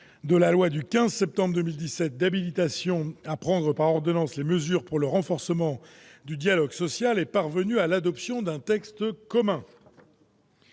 de la loi du 15 septembre 2017 d'habilitation à prendre par ordonnances les mesures pour le renforcement du dialogue social est parvenue à l'adoption d'un texte commun.